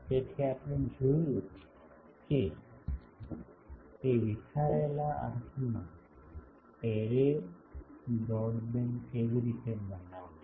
તેથી આપણે જોયું છે તે વિખરાયેલા અર્થમાં એરે બ્રોડબેન્ડ કેવી રીતે બનાવવું